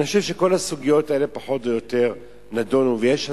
אני חושב שכל הסוגיות האלה פחות או יותר נדונו ויש הסכמה.